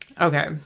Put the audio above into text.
Okay